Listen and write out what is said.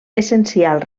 essencial